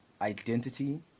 identity